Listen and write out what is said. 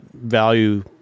value